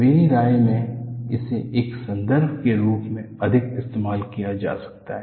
मेरी राय में इसे एक संदर्भ के रूप में अधिक इस्तेमाल किया जा सकता है